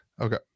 okay